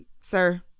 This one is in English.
sir